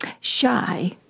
shy